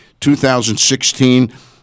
2016